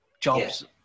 jobs